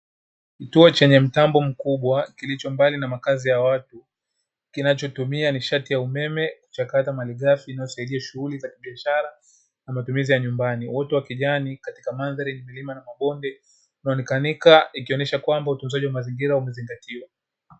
Kituo chenye mtambo mkubwa kilicho mbali na makazi ya watu kinachotumia nishati ya umeme mchakato malighafi inayosaidia shukranika ikionyesha kwamba utunzaji wa mazingira umezingatiwa.